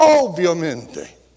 Obviamente